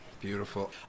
Beautiful